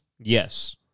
Yes